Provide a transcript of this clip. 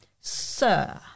sir